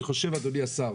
אני חושב, אדוני השר,